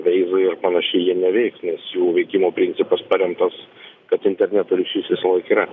veizai ir panašiai jie neveiks nes jų veikimo principas paremtas kad interneto ryšys visąlaik yra